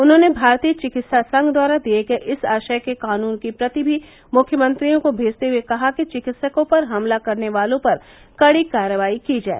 उन्होंने भारतीय विकित्सा संघ द्वारा दिए गये इस आशय के कानून की प्रति भी मुख्यमंत्रियों को मेजते हुए कहा कि चिकित्सकों पर हमला करने वालों पर कड़ी कारवाई की जाय